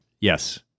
Yes